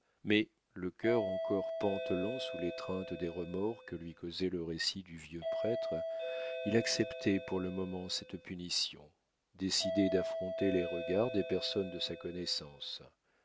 mais le cœur encore pantelant sous l'étreinte des remords que lui causait le récit du vieux prêtre il acceptait pour le moment cette punition décidé d'affronter les regards des personnes de sa connaissance